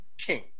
King